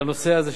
לנושא הזה,